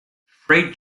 freight